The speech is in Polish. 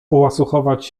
połasuchować